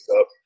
up